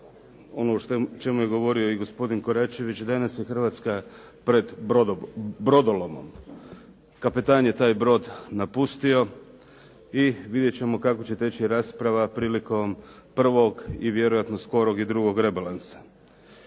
ono o čemu je govorio i gospodin Koračević danas je Hrvatska pred brodolomom. Kapetan je taj brod napustio, i vidjet ćemo kako će teći rasprava prilikom prvog i vjerojatno skorog i drugog rebalansa.